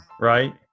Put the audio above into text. right